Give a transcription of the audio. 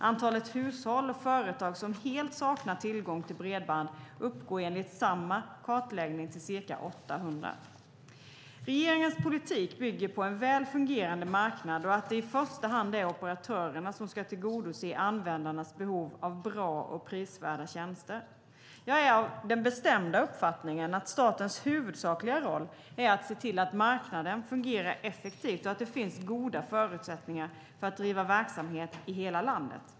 Antalet hushåll och företag som helt saknar tillgång till bredband uppgår enligt samma kartläggning till ca 800. Regeringens politik bygger på en väl fungerande marknad och att det i första hand är operatörerna som ska tillgodose användarnas behov av bra och prisvärda tjänster. Jag är av den bestämda uppfattningen att statens huvudsakliga roll är att se till att marknaden fungerar effektivt och att det finns goda förutsättningar för att driva verksamhet i hela landet.